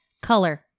Color